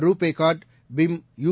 RuPay card BHIM U